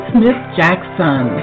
Smith-Jackson